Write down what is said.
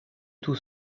tout